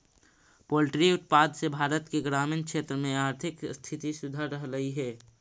poultry उत्पाद से भारत के ग्रामीण क्षेत्र में आर्थिक स्थिति सुधर रहलई हे